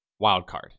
Wildcard